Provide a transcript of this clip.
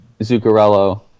Zuccarello